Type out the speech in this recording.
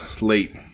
late